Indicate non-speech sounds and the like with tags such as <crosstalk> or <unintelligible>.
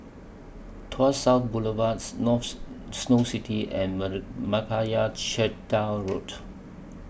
Tuas South Boulevard <unintelligible> Snow City and <unintelligible> Meyappa Chettiar Road